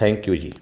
thank you ਜੀ